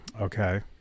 Okay